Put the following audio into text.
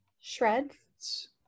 Shreds